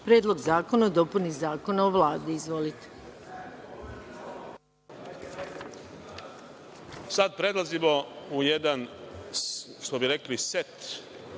Predlog zakona o dopuni Zakona o Vladi. Izvolite.